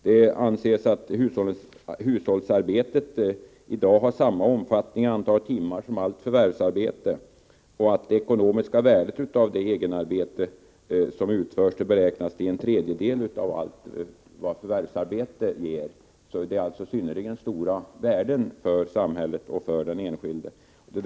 Det anses att hushållsarbetet i dag har samma omfattning i antal timmar som allt förvärvsarbete och att det ekonomiska värdet av det egenarbete som utförs beräknas till en tredjedel av vad allt förvärvsarbete ger. Det gäller alltså synnerligen stora värden för samhället och för den enskilde.